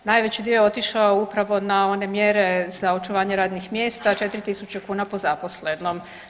Najveći dio je otišao upravo na one mjere za očuvanje radnih mjesta, 4000 kuna po zaposlenom.